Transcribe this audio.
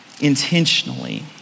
intentionally